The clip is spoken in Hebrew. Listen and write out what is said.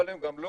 אבל הם גם לא